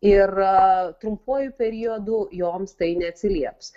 ir trumpuoju periodu joms tai neatsilieps